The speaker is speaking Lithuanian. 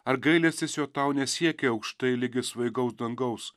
ar gailestis jo tau nesiekia aukštai ligi svaigaus dangaus